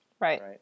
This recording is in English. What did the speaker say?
right